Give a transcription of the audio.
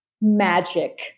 magic